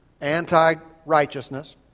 anti-righteousness